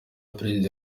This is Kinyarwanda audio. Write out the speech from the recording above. perezida